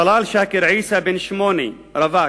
טלאל שאקר עיסא, בן 8, רווק,